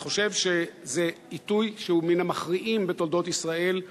אני חושב שזה עיתוי שהוא מן המכריעים בתולדות ישראל,